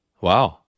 wow